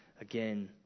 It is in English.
again